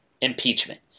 impeachment